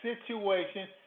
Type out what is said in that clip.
situation